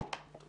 בבקשה.